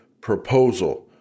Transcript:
proposal